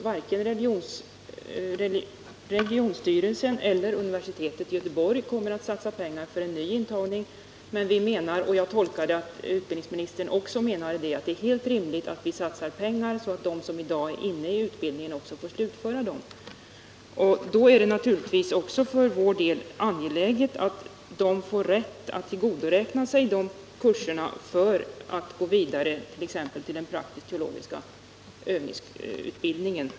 Varken regionstyrelsen eller universitetet i Göteborg kommer att satsa pengar för en ny intagning, men vi menar — och jag tolkar utbildningsministern så att också han anser det — att det är helt rimligt att satsa pengar så att de som i dag är inne i utbildningen också skall kunna slutföra den. Då är det naturligtvis för vår del också angeläget att dessa studerande får rätt att tillgodoräkna sig poäng för kurserna för att kunna gå vidare, t.ex. till den praktisk-teologiska utbildningen.